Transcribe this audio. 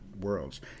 worlds